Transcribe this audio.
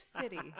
City